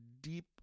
deep